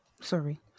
Sorry